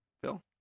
Phil